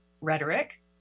rhetoric